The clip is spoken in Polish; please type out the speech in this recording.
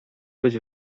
być